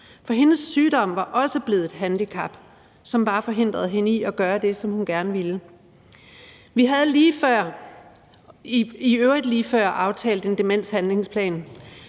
for hendes sygdom var også blevet et handicap, som bare forhindrede hende i at gøre det, som hun gerne ville. Vi havde i øvrigt lige før aftalt en demenshandlingsplan